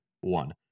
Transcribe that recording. one